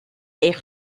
eich